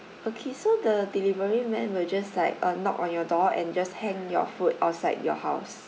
okay so the delivery man will just like uh knock on your door and just hang your food outside your house